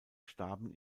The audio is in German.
starben